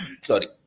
Sorry